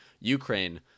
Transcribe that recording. Ukraine